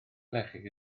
lechi